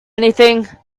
anything